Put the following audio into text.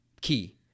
key